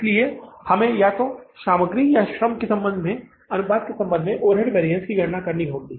इसलिए हमें या तो सामग्री के संबंध में कहें या अनुपात के संबंध में या श्रम के संबंध में ओवरहेड वैरिअन्स की गणना करनी होगी